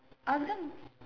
Argan